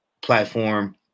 platform